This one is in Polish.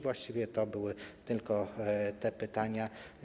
Właściwie to były tylko te pytania.